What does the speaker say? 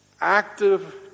active